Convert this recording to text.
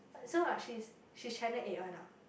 uh so what she's she's channel eight one ah